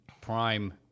Prime